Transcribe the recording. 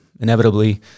inevitably